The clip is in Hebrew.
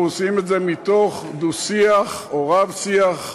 ואנחנו עושים את זה מתוך דו-שיח, או רב-שיח,